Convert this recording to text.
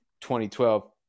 2012